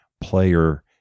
player